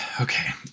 okay